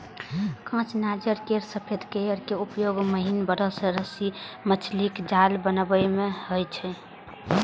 कांच नारियल केर सफेद कॉयर के उपयोग महीन ब्रश, रस्सी, मछलीक जाल बनाबै मे होइ छै